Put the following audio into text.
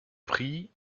pris